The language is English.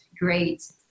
great